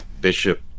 Bishop